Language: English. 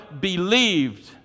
believed